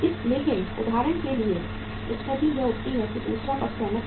लेकिन उदाहरण के लिए स्थिति यह उठती है कि दूसरा पक्ष सहमत नहीं है